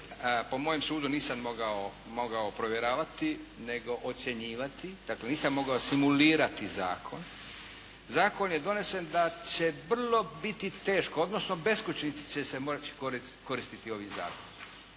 po mojem sudu nisam mogao provjeravati nego ocjenjivati, dakle nisam mogao simulirati zakon, zakon je donesen da će vrlo biti teško, odnosno beskućnici će se moći koristiti ovim zakonom,